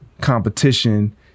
competition